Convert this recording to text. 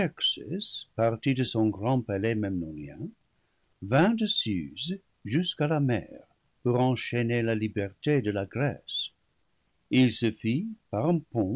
parti de son grand palais memnonien vint de suze jusqu'à la mer pour enchaîner la liberté de la grèce il se fit par un pont